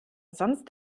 sonst